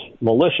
militia